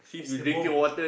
it's the bomb